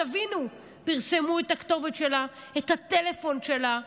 תבינו, פרסמו את הכתובת שלה, את הטלפון שלה.